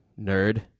nerd